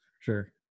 sure